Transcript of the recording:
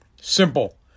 Simple